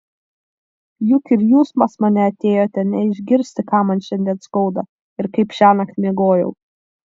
juk ir jūs pas mane atėjote ne išgirsti ką man šiandien skauda ir kaip šiąnakt miegojau